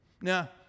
Now